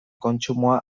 kontsumoa